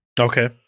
Okay